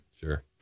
Sure